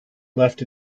left